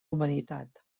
humanitat